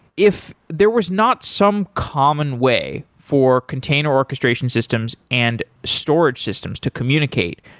if there was not some common way for container orchestration systems and storage systems to communicate,